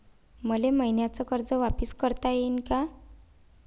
मले मईन्याचं कर्ज वापिस करता येईन का?